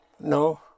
No